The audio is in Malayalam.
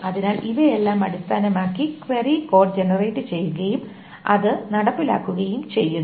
അതിനാൽ ഇവയെല്ലാം അടിസ്ഥാനമാക്കി ക്വയറി കോഡ് ജനറേറ്റു ചെയ്യുകയും അത് നടപ്പിലാക്കുകയും ചെയ്യുന്നു